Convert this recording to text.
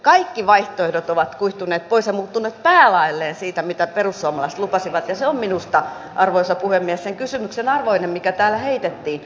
kaikki vaihtoehdot ovat kuihtuneet pois ja muuttuneet päälaelleen siitä mitä perussuomalaiset lupasivat ja se on minusta arvoisa puhemies sen kysymyksen arvoinen mikä täällä heitettiin